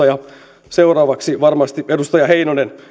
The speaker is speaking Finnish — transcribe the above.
ja tulevaisuudessa seuraavaksi varmasti edustaja heinonen